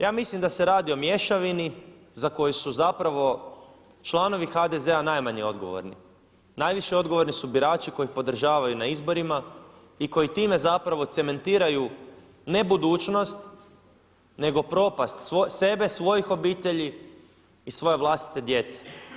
Ja mislim da se radi o mješavini za koju su zapravo članovi HDZ-a najmanje odgovorni, najviše odgovorni su birači koji ih podržavaju na izborima i koji time zapravo cementiraju ne budućnost nego propast sebe, svojih obitelji i svoje vlastite djece.